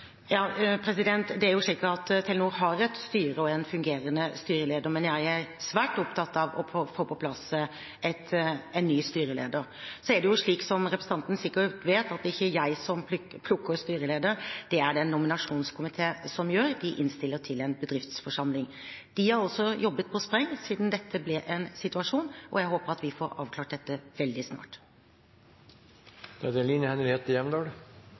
Det er jo slik at Telenor har et styre og en fungerende styreleder, men jeg er svært opptatt av å få på plass en ny styreleder. Så er det slik som representanten sikkert vet, at det ikke er jeg som plukker styreleder, det er det en nominasjonskomité som gjør – de innstiller til en bedriftsforsamling. De har også jobbet på spreng siden dette ble en situasjon, og jeg håper vi får avklart dette veldig